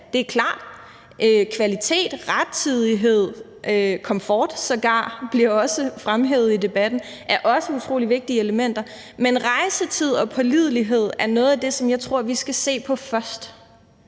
det er klart. Kvalitet og rettidighed – komfort blev sågar også fremhævet i debatten – er også utrolig vigtige elementer. Men rejsetid og pålidelighed er noget af det, som jeg tror vi skal se på først.